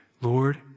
Lord